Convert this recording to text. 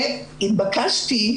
התבקשתי